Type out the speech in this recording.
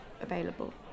available